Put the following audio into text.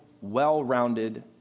well-rounded